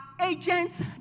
agents